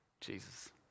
Jesus